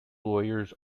lawyers